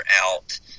out